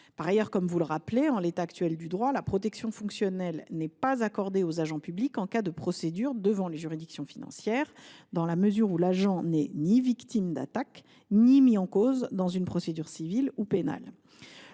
Par ailleurs, comme vous le rappelez, en l’état actuel du droit, la protection fonctionnelle n’est pas accordée aux agents publics en cas de procédure devant les juridictions financières, dans la mesure où l’agent n’est ni victime d’attaques ni mis en cause dans une procédure civile ou pénale.